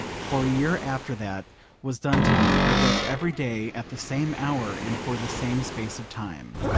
for a year after that was done to me i wept every day at the same hour and for the same space of time.